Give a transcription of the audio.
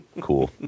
cool